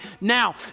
now